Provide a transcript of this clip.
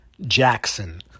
Jackson